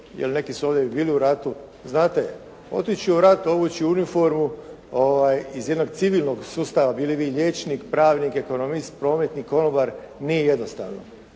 jer neki su ovdje i bili u ratu. Znate, otići u rat, obući uniformu iz jednog civilnog sustava bili vi liječnik, pravnik, ekonomist, prometnik, konobar nije jednostavno.